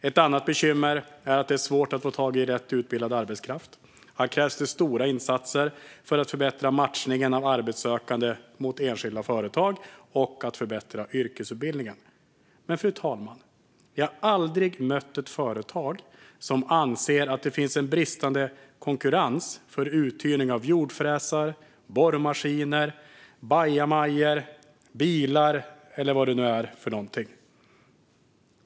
Ett annat bekymmer är att det är svårt att få tag på rätt utbildad arbetskraft. Här krävs det stora insatser för att förbättra matchningen av arbetssökande med enskilda företag och för att förbättra yrkesutbildningen. Men, fru talman, jag har aldrig stött på ett företag som anser att det finns en bristande konkurrens när det gäller uthyrning av jordfräsar, borrmaskiner, bajamajor, bilar eller vad det nu är.